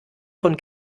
von